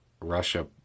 russia